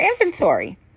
inventory